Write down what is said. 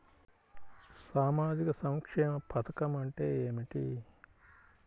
సామాజిక సంక్షేమ పథకం అంటే ఏమిటి?